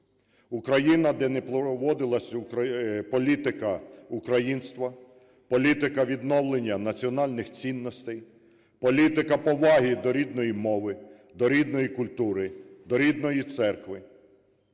Україна, де не проводилася політика українства, політика відновлення національних цінностей, політика поваги до рідної мови, до рідної культури, до рідної церкви,